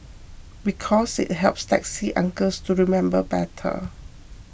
because it helps taxi uncles to remember better